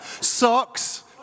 Socks